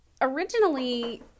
originally